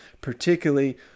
particularly